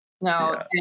no